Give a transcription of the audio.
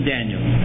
Daniel